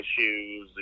issues